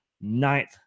ninth